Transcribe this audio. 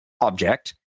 object